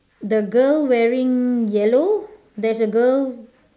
the girl wearing yellow there's a girl